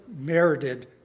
merited